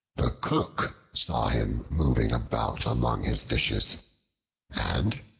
the cook saw him moving about among his dishes and,